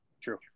True